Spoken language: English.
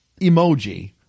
emoji